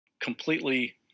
completely